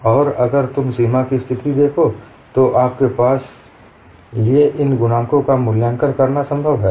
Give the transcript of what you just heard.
और अगर तुम सीमा की स्थिति देखो तो आपके लिए इन गुणांकों का मूल्यांकन करना संभव है